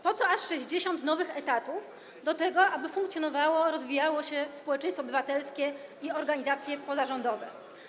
Po co aż 60 nowych etatów do tego, aby funkcjonowało, rozwijało się społeczeństwo obywatelskie i organizacje pozarządowe?